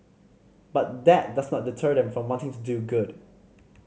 but that does not deter them from wanting to do good